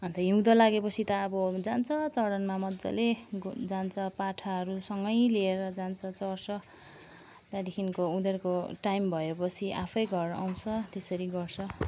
अन्त हिउँदो लागेपछि त अब जान्छ चरनमा मज्जाले जान्छ पाठाहरू सँगै लिएर जान्छ चर्छ त्याँदेखिन्को उनीहरूको टाइम भएपछि आफै घर आउँछ त्यसरी गर्छ